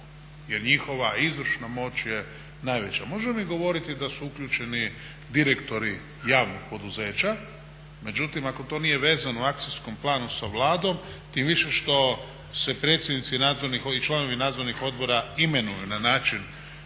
je njihova izvršna moć je najveća. Možemo mi govoriti da su uključeni direktori javnih poduzeća, međutim ako to nije vezano u akcijskom planu sa Vladom tim više što se predsjednici i članovi nadzornih odbora imenuju na način